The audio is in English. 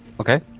Okay